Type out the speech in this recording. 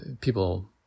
People